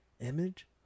image